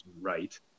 right